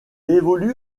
évolue